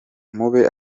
mube